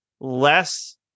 less